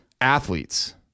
athletes